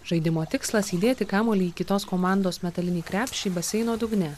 žaidimo tikslas įdėti kamuolį į kitos komandos metalinį krepšį baseino dugne